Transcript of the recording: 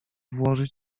włożyć